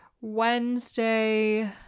Wednesday